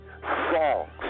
songs